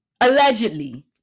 allegedly